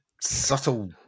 subtle